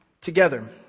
together